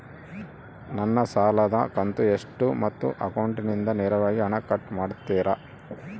ನನ್ನ ಸಾಲದ ಕಂತು ಎಷ್ಟು ಮತ್ತು ಅಕೌಂಟಿಂದ ನೇರವಾಗಿ ಹಣ ಕಟ್ ಮಾಡ್ತಿರಾ?